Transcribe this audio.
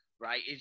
right